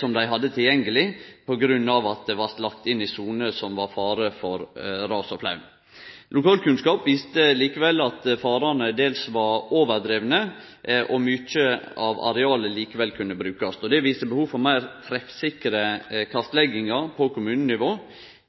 som dei hadde tilgjengeleg, på grunn av at det blei lagt inn soner der det var fare for ras og flaum. Lokalkunnskap viste likevel at farane dels var overdrivne, og at mykje av arealet likevel kunne brukast. Det viser behov for meir treffsikre kartleggingar på kommunenivå.